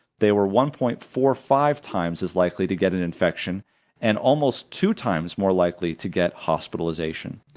they were one point four five times as likely to get an infection and almost two times more likely to get hospitalization.